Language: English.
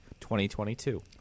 2022